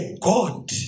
God